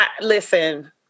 Listen